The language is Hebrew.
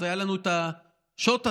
אז היה לנו את השוט הזה,